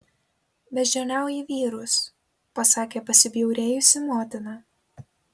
beždžioniauji vyrus pasakė pasibjaurėjusi motina